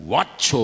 Watch